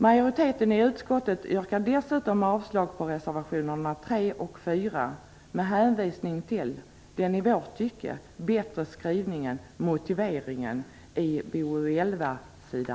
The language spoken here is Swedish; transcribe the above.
Majoriteten i utskottet yrkar dessutom avslag på reservationerna 3 och 4 med hänvisning till den i vårt tycke bättre skrivningen och motiveringen i BoU11